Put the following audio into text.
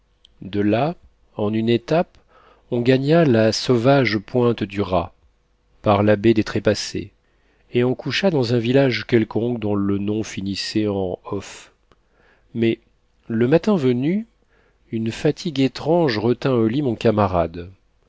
de là en une étape on gagna la sauvage pointe du raz par la baie des trépassés et on coucha dans un village quelconque dont le nom finissait en of mais le matin venu une fatigue étrange retint au lit mon camarade